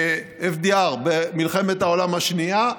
FDR, במלחמת העולם השנייה,